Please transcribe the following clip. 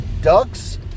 Ducks